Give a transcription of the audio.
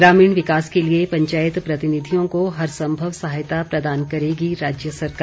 ग्रामीण विकास के लिए पंचायत प्रतिनिधियों को हरसंभव सहायता प्रदान करेगी राज्य सरकार